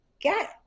get